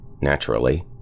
naturally